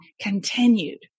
continued